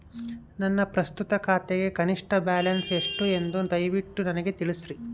ನನ್ನ ಪ್ರಸ್ತುತ ಖಾತೆಗೆ ಕನಿಷ್ಠ ಬ್ಯಾಲೆನ್ಸ್ ಎಷ್ಟು ಎಂದು ದಯವಿಟ್ಟು ನನಗೆ ತಿಳಿಸ್ರಿ